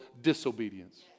disobedience